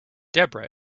debra